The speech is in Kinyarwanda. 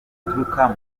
baturuka